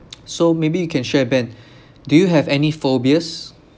so maybe you can share ben do you have any phobias